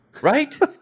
Right